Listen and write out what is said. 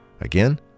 Again